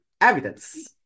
evidence